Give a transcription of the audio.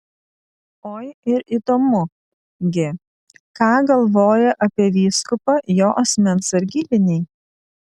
oi ir įdomu gi ką galvoja apie vyskupą jo asmens sargybiniai